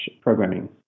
programming